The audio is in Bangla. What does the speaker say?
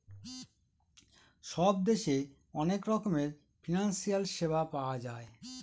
সব দেশে অনেক রকমের ফিনান্সিয়াল সেবা পাওয়া যায়